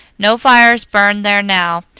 no fires burned there now,